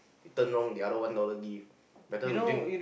you turn wrong the other one dollar give better we drink